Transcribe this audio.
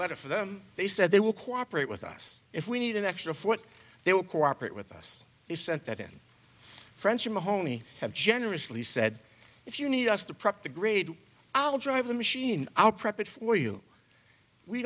letter for them they said they will cooperate with us if we need an extra foot they will cooperate with us he said that in french mahoney have generously said if you need us to prep the grade i'll drive the machine out prep it for you we